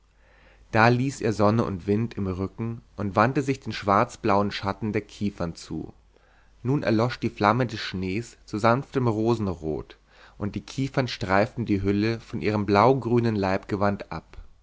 da ließ er sonne und wind im rücken und wandte sich den schwarzblauen schatten der kiefern zu nun erlosch die flamme des schnees zu sanftem rosenrot und die kiefern streiften die hülle von ihrem blaugrünen leibgewand ab